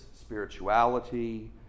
spirituality